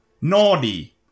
naughty